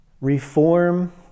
reform